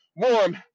Warm